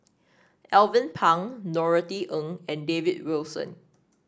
Alvin Pang Norothy Ng and David Wilson